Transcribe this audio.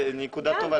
זו נקודה טובה,